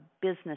business